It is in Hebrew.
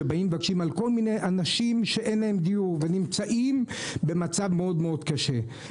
שמבקשים על כל מיני אנשים שאין להם דיור ונמצאים במצב מאוד מאוד קשה.